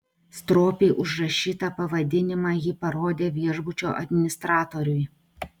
stropiai užrašytą pavadinimą ji parodė viešbučio administratoriui